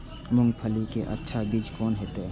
मूंगफली के अच्छा बीज कोन होते?